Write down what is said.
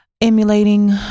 emulating